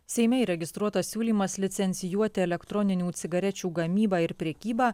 seime įregistruotas siūlymas licencijuoti elektroninių cigarečių gamybą ir prekybą